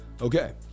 Okay